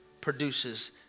produces